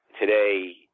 today